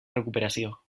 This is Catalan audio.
recuperació